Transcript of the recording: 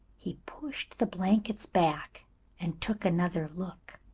he pushed the blankets back and took another look.